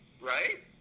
right